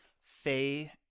Faye